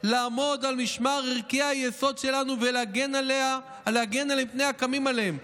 לעמוד על משמר ערכי היסוד שלנו ולהגן עליה מפני הקמים עליהם'".